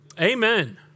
Amen